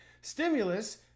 Stimulus